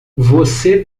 você